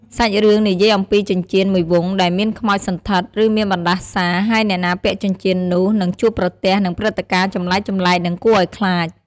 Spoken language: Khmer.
សាច់រឿងនិយាយអំពីចិញ្ចៀនមួយវង់ដែលមានខ្មោចសណ្ឋិត ឬមានបណ្ដាសា ហើយអ្នកណាពាក់ចិញ្ចៀននោះ នឹងជួបប្រទះនឹងព្រឹត្តិការណ៍ចម្លែកៗ និងគួរឲ្យខ្លាច។